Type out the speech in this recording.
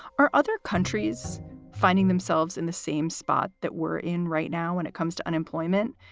or other countries finding themselves in the same spot that we're in right now when it comes to unemployment?